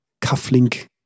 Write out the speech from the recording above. CuffLink